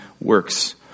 works